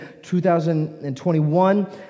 2021